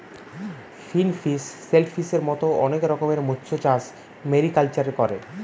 finfish, শেলফিসের মত অনেক রকমের মৎস্যচাষ মেরিকালচারে করে